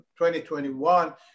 2021